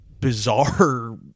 bizarre